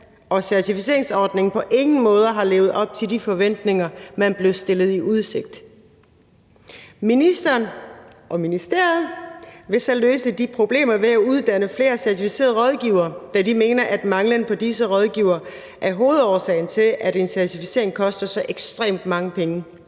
og certificeringsordningen på ingen måde har levet op til de forventninger, man blev stillet i udsigt. Ministeren og ministeriet vil så løse de problemer ved at uddanne flere certificerede rådgivere, da de mener, at manglen på disse rådgivere er hovedårsagen til, at en certificering koster så ekstremt mange penge.